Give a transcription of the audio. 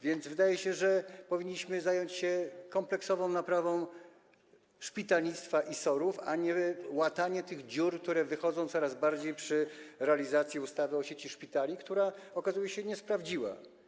Wydaje się, że powinniśmy zająć się kompleksową naprawą szpitalnictwa i SOR-ów, a nie łataniem tych dziur, które wychodzą coraz bardziej przy realizacji ustawy o sieci szpitali, która się nie sprawdziła.